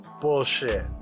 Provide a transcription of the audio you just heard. Bullshit